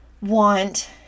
want